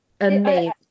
Amazing